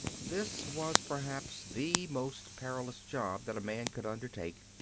this was perhaps the most perilous job that a man could undertake,